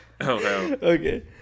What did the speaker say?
Okay